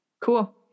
cool